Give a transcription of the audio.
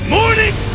Morning